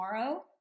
Tomorrow